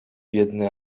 biedny